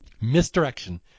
misdirection